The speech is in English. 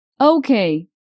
Okay